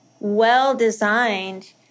well-designed